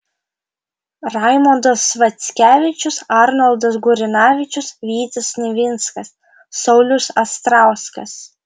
raimondas sviackevičius arnoldas gurinavičius vytis nivinskas saulius astrauskas